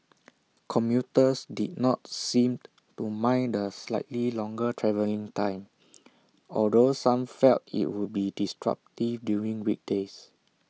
commuters did not seem to mind the slightly longer travelling time although some felt IT would be disruptive during weekdays